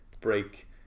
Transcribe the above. break